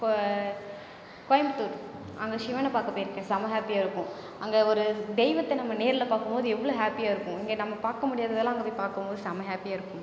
கோ கோயம்புத்தூர் அங்கே சிவனை பார்க்க போயிருக்கேன் செம்ம ஹாப்பியாக இருக்கும் அங்கே ஒரு தெய்வத்தை நம்ம நேர்ல பார்க்கும்போது எவ்வளோ ஹாப்பியாக இருக்கும் இங்கே நம்ம பார்க்க முடியாததெல்லாம் அங்கே பார்க்கும்போது செம்ம ஹாப்பியாக இருக்கும்